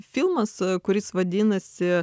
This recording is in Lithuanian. filmas kuris vadinasi